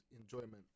enjoyment